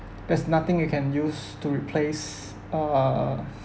there's nothing you can use to replace err